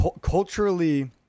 culturally